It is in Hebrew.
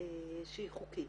שהיא חוקית